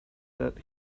that